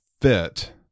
fit